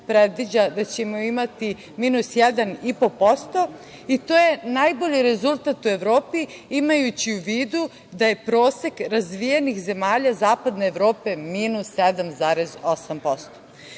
predviđa da ćemo imati minus 1,5% i to je najbolji rezultat u Evropi, imajući u vidu da je prosek razvijenih zemalja zapadne Evrope minus 7,8%.